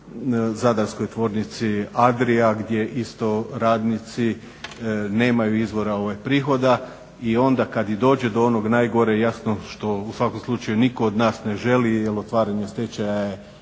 Zadarskoj tvornici Adria gdje isto radnici nemaju izvora prihoda i onda kada dođe do onog najgore jasno što u svakom slučaju nitko od nas ne želi jer otvaranje stečaja